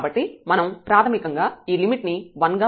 కాబట్టి మనం ప్రాథమికంగా ఈ లిమిట్ ను 1 గా పొందుతాము